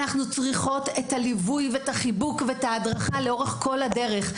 אנחנו צריכות את הליווי ואת החיבוק ואת ההדרכה לאורך כל הדרך.